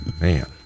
Man